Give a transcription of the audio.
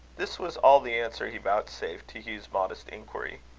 this was all the answer he vouchsafed to hugh's modest inquiry.